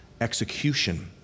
execution